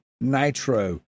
Nitro